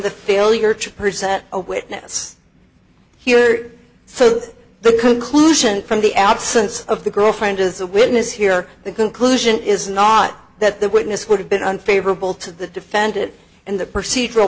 the failure to present a witness here so that the conclusion from the absence of the girlfriend as a witness here the conclusion is not that the witness would have been favorable to the defendant in the procedural